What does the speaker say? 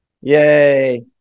Yay